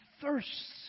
thirsts